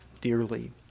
dearly